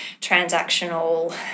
transactional